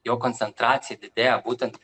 jo koncentracija didėja būtent